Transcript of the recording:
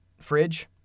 Fridge